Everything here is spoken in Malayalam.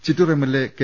Chittur MLA K